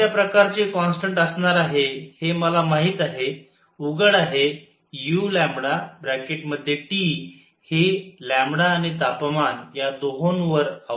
कोणत्या प्रकारचे कॉन्स्टंट असणार आहे हे मला माहित आहे उघड आहे u हे आणि तापमान या दोहोंवर अवलंबून आहे